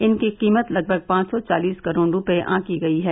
इनकी कीमत लगभग पांच सौ चालिस करोड़ रुपये आंकी गई है